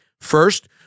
First